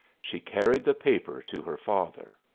she carried the paper to her father.